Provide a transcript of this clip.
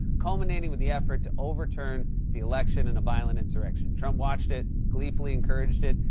culminating with the effort to overturn the election in a violent insurrection. trump watched it, gleefully encouraged it,